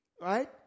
Right